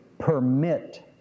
permit